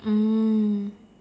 mm